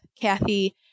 Kathy